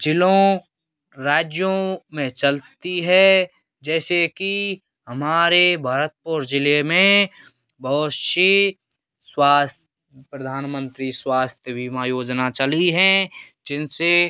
जिलों राज्यों में चलती है जैसे कि हमारे भरतपुर जिले में बहुत सी श्वास प्रधान मंत्री स्वास्थ्य बीमा योजना चली है जिनसे